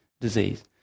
disease